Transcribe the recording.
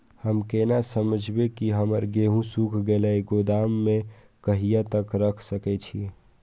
हम केना समझबे की हमर गेहूं सुख गले गोदाम में कहिया तक रख सके छिये?